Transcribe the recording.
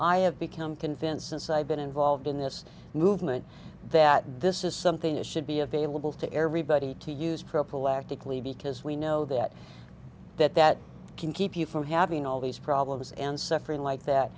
i have become convinced since i've been involved in this movement that this is something that should be available to everybody to use proper lactic lee because we know that that that can keep you from having all these problems and suffering like that